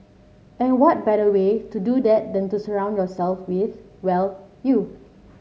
and what better way to do that than to surround yourself with well you